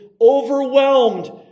overwhelmed